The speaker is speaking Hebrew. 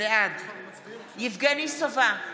בעד יבגני סובה,